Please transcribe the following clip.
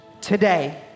today